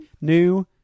new